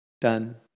done